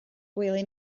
gwely